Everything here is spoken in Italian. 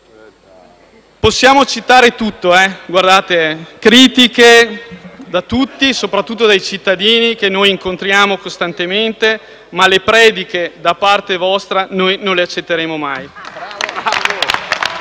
Possiamo accettare tutto, possiamo accettare critiche da tutti, soprattutto dai cittadini che incontriamo costantemente, ma le prediche da parte vostra non le accetteremo mai.